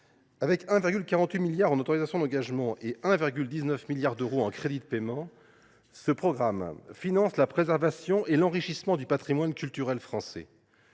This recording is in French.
de 1,48 milliard d’euros en autorisations d’engagement et de 1,19 milliard d’euros en crédits de paiement, finance la préservation et l’enrichissement du patrimoine culturel français.